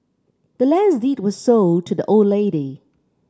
the land's deed was sold to the old lady